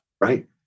right